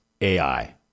AI